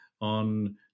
on